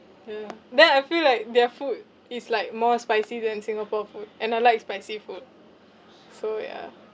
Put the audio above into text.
ya then I feel like their food is like more spicy than singapore food and I like spicy food so ya